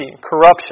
corruption